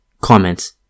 Comments